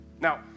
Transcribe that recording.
Now